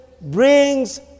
brings